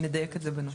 נדייק את זה בנוסח.